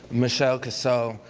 michelle casso,